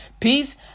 Peace